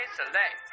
Select